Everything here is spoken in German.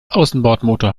außenbordmotor